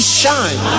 shine